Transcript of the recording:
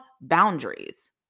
boundaries